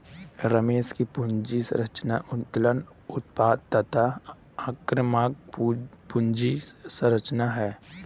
रमेश की पूंजी संरचना उत्तोलन अनुपात तथा आक्रामक पूंजी संरचना है